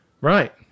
Right